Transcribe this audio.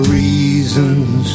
reasons